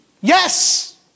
Yes